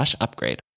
upgrade